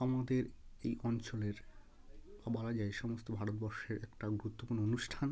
আমাদের এই অঞ্চলের বলা যায় সমস্ত ভারতবর্ষের একটা গুরুত্বপূর্ণ অনুষ্ঠান